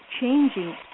changing